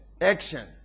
action